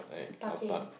parking